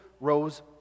Rose